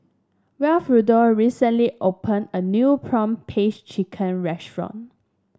Wilfredo recently opened a new prawn paste chicken restaurant